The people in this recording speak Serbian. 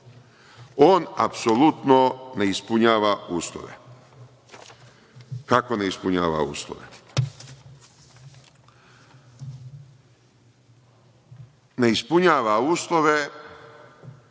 On apsolutno ne ispunjava uslove. Kako ne ispunjava uslove? Ne ispunjava uslove